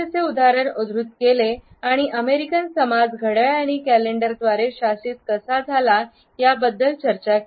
चे उदाहरण उद्धृत केले आणि अमेरिकन समाज घड्याळ आणि कॅलेंडरद्वारे शासित कसा झाला याबद्दल चर्चा केली